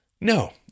No